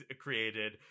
created